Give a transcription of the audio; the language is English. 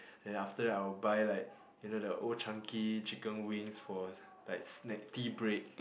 then after that I will buy like you know the Old-Chang-Kee chicken wing for like snack tea break